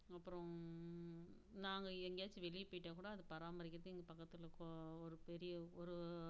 அப்புறம் நாங்கள் எங்கேயாச்சும் வெளியே போயிட்டால் கூட அதை பராமரிக்கிறது எங்கள் பக்கத்து வீட்டில் இப்போது ஒரு பெரிய ஒரு